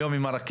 היום עם הרכבת,